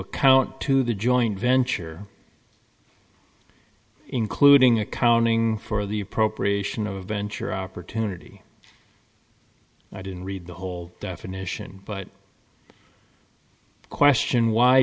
account to the joint venture including accounting for the appropriation of venture opportunity i didn't read the whole definition but question why